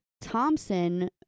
thompson